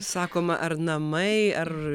sakoma ar namai ar